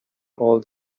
all